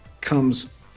comes